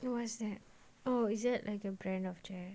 then what's that oh is that like a brand of chair